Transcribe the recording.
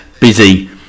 busy